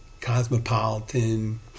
Cosmopolitan